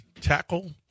tackle